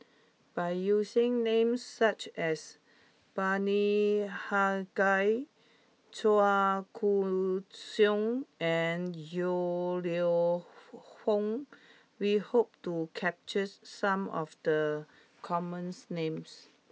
by using names such as Bani Haykal Chua Koon Siong and Yong Lew Foong we hope to capture some of the common names